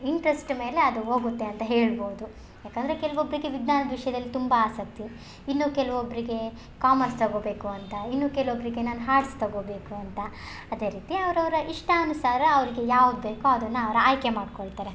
interest ಮೇಲೆ ಅದು ಹೋಗುತ್ತೆ ಅಂತ ಹೇಳ್ಬೋದು ಯಾಕಂದರೆ ಕೆಲ್ವೊಬ್ಬರಿಗೆ ವಿಜ್ಞಾನದ ವಿಷಯದಲ್ಲಿ ತುಂಬ ಆಸಕ್ತಿ ಇನ್ನು ಕೆಲ್ವೊಬ್ಬರಿಗೇ ಕಾಮರ್ಸ್ ತಗೋಬೇಕು ಅಂತ ಇನ್ನು ಕೆಲ್ವೊಬ್ಬರಿಗೆ ನಾನು ಹಾರ್ಟ್ಸ್ ತಗೋಬೇಕು ಅಂತ ಅದೆ ರೀತಿ ಅವರವ್ರ ಇಷ್ಟಾನುಸಾರ ಅವರಿಗೆ ಯಾವ್ದು ಬೇಕೋ ಅದನ್ನು ಅವ್ರು ಆಯ್ಕೆ ಮಾಡ್ಕೊಳ್ತಾರೆ